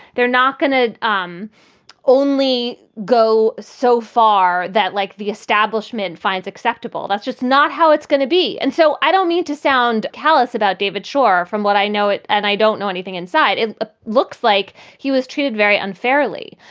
they're not going to um only go so far that like the establishment finds acceptable. that's just not how it's going to be. and so i don't mean to sound callous about david shaw, from what i know. and i don't know anything inside. it ah looks looks like he was treated very unfairly.